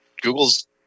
Google's